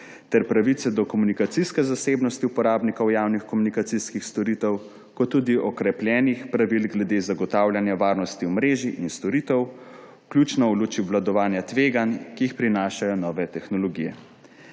ter pravice do komunikacijske zasebnosti uporabnikov javnih komunikacijskih storitev kot tudi okrepljenih pravil glede zagotavljanja varnosti omrežij in storitev, vključno v luči obvladovanja tveganj, ki jih prinašajo nove tehnologije.